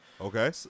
Okay